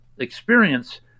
experience